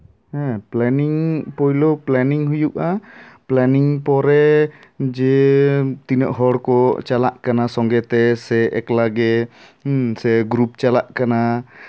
ᱦᱮᱸ ᱯᱞᱮᱱᱤᱝ ᱯᱳᱭᱞᱳ ᱯᱞᱮᱱᱤᱝ ᱦᱩᱭᱩᱜᱼᱟ ᱯᱞᱮᱱᱤᱝ ᱯᱚᱨᱮ ᱡᱮ ᱛᱤᱱᱟᱹᱜ ᱦᱚᱲ ᱠᱚ ᱪᱟᱞᱟᱜ ᱠᱟᱱᱟ ᱥᱚᱝᱜᱮᱛᱮ ᱥᱮ ᱮᱠᱞᱟ ᱜᱮ ᱦᱮᱸ ᱥᱮ ᱜᱨᱩᱯ ᱪᱟᱞᱟᱜ ᱠᱟᱱᱟ